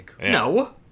No